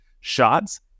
shots